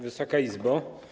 Wysoka Izbo!